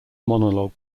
monologue